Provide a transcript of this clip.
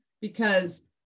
because-